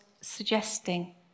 suggesting